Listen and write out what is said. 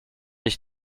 ich